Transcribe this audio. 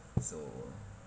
so